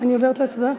להצבעה?